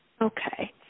Okay